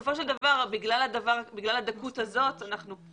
אין כאן בעיה